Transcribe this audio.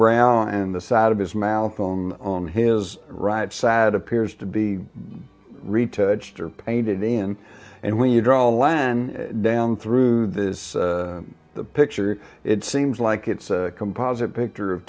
brow and the side of his mouth on on his right side appears to be retouched are painted in and when you draw lan down through this picture it seems like it's a composite picture of